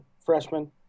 freshman